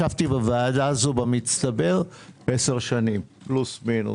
ישבתי בוועדה הזאת במצטבר עשר שנים פלוס-מינוס,